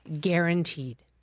guaranteed